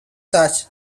such